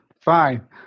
Fine